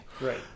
right